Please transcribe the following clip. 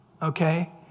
Okay